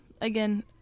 Again